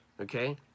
okay